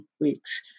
weeks